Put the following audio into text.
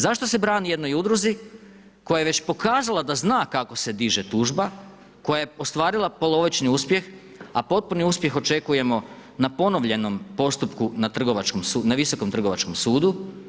Zašto se brani jednoj udruzi koja je već pokazala da zna kako se diže tužba koja je ostvarila polovični uspjeh, a potpuni uspjeh očekujemo na ponovljenom postupku na Visokom trgovačkom sudu.